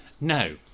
No